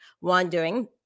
wandering